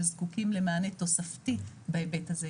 שזקוקים למענה תוספתי בהיבט הזה,